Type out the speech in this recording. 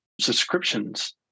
subscriptions